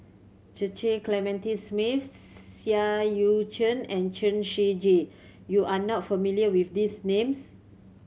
Cecil Clementi Smith Seah Eu Chin and Chen Shiji you are not familiar with these names